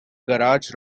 garage